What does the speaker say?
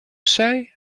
say